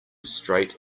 straight